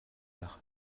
heures